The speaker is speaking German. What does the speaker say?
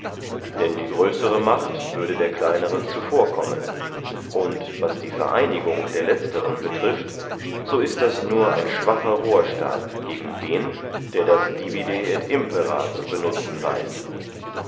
denn die größere macht würde der kleineren zuvorkommen und was die vereinigung der letzteren betrifft so ist das nur ein schwacher rohrstab gegen den der das diuide et impera zu benutzen weiß